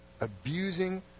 abusing